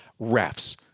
REFS